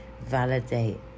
validate